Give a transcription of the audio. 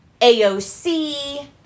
AOC